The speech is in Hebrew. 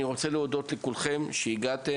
אני רוצה להודות לכל מי שהגיע,